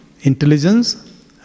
intelligence